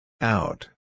Out